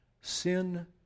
Sin